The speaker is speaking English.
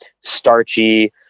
starchy